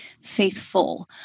faithful